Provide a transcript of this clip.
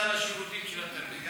סל השירותים של התלמיד.